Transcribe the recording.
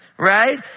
Right